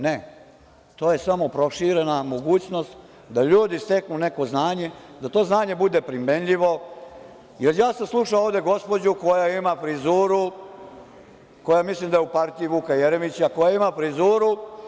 Ne, to je samo proširena mogućnost da ljudi steknu neko znanje, da to znanje bude primenljivo, jer ja sam ovde slušao gospođu koja ima frizuru, koja mislim da je u partiji Vuka Jeremića, koja ima frizuru.